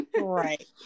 right